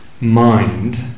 mind